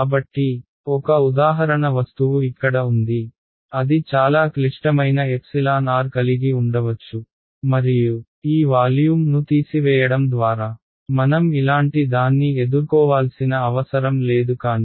కాబట్టి ఒక ఉదాహరణ వస్తువు ఇక్కడ ఉంది అది చాలా క్లిష్టమైన r కలిగి ఉండవచ్చు మరియు ఈ వాల్యూమ్ను తీసివేయడం ద్వారా మనం ఇలాంటి దాన్ని ఎదుర్కోవాల్సిన అవసరం లేదు కానీ